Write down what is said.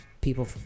people